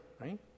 right